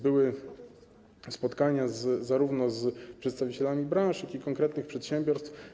Były spotkania zarówno z przedstawicielami branż, jak i konkretnych przedsiębiorstw.